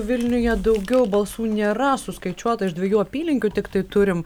vilniuje daugiau balsų nėra suskaičiuota iš dviejų apylinkių tiktai turim